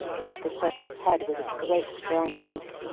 beat the serpent's head with its great strong beak.